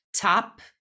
top